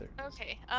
Okay